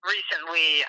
Recently